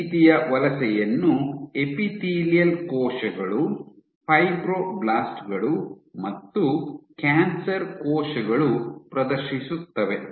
ಈ ರೀತಿಯ ವಲಸೆಯನ್ನು ಎಪಿಥೇಲಿಯಲ್ ಕೋಶಗಳು ಫೈಬ್ರೊಬ್ಲಾಸ್ಟ್ ಗಳು ಮತ್ತು ಕ್ಯಾನ್ಸರ್ ಕೋಶಗಳು ಪ್ರದರ್ಶಿಸುತ್ತವೆ